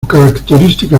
característica